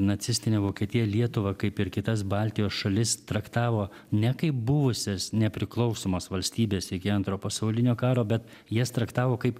nacistinė vokietija lietuvą kaip ir kitas baltijos šalis traktavo ne kaip buvusias nepriklausomas valstybes iki antro pasaulinio karo bet jas traktavo kaip